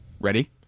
Ready